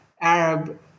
Arab